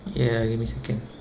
ya give me a second